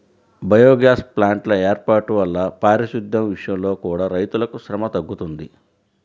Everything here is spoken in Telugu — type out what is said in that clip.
బయోగ్యాస్ ప్లాంట్ల వేర్పాటు వల్ల పారిశుద్దెం విషయంలో కూడా రైతులకు శ్రమ తగ్గుతుంది